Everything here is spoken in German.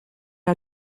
wir